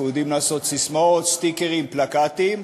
אנחנו יודעים לעשות ססמאות, סטיקרים, פלקטים,